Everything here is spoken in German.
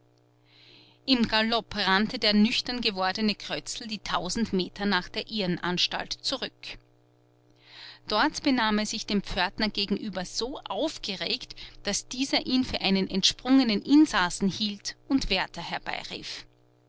im galopp rannte der nüchtern gewordene krötzl die tausend meter nach der irrenanstalt zurück dort benahm er sich dem pförtner gegenüber so aufgeregt daß dieser ihn für einen entsprungenen insassen hielt und wärter herbeirief